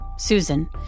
Susan